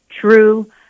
true